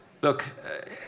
Look